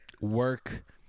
work